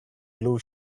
blue